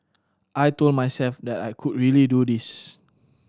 I told myself that I could really do this